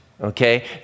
okay